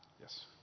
Yes